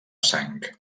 sang